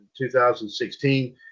2016